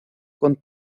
con